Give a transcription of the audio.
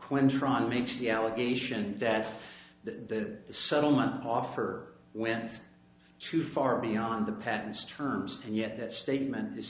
quinn drano makes the allegation that the settlement offer went too far beyond the pattens terms and yet that statement is